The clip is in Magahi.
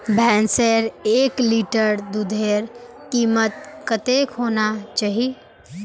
भैंसेर एक लीटर दूधेर कीमत कतेक होना चही?